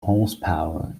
horsepower